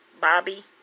Bobby